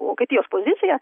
vokietijos pozicija